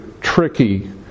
tricky